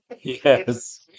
yes